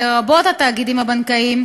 לרבות התאגידים הבנקאיים,